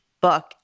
book